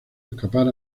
escapar